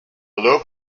low